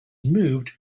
moved